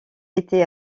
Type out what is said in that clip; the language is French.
était